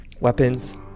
weapons